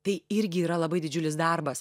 tai irgi yra labai didžiulis darbas